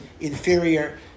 inferior